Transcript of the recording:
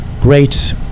great